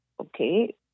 Okay